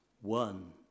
One